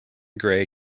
gray